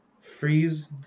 Freeze